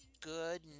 good